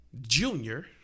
Junior